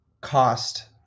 cost